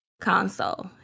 console